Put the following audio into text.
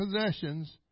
possessions